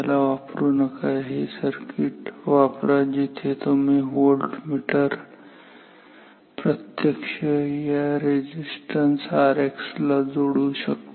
त्याला वापरू नका हे सर्किट वापरा जेथे तुम्ही व्होल्टमीटर प्रत्यक्ष या रेझिस्टन्स Rx ला जोडू शकता